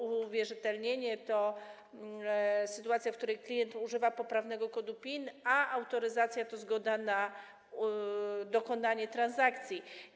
Uwierzytelnienie to sytuacja, w której klient używa poprawnego kodu PIN, a autoryzacja to zgoda na dokonanie transakcji.